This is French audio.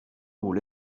aux